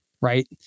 right